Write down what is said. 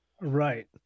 Right